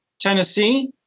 Tennessee